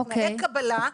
תנאי הקבלה,